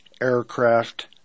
aircraft